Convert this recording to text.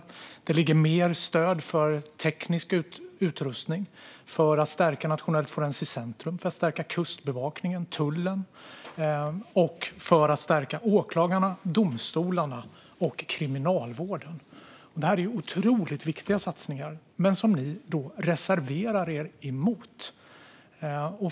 Förslaget innebär också mer stöd för teknisk utrustning, för att stärka Nationellt forensiskt centrum, för att stärka Kustbevakningen och tullen och för att stärka åklagarna, domstolarna och kriminalvården. Det här är otroligt viktiga satsningar - som ni reserverar er mot.